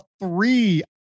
three